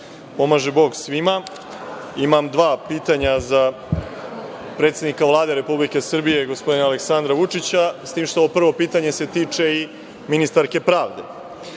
pomaže Bog svima. Imam dva pitanja za predsednika Vlade Republike Srbije, gospodina Aleksandra Vučića, s tim što se prvo pitanje se tiče i ministarke pravde.